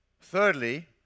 Thirdly